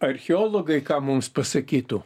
archeologai ką mums pasakytų